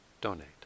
donate